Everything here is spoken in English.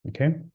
okay